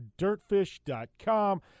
dirtfish.com